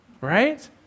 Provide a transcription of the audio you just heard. right